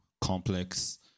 Complex